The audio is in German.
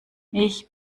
ich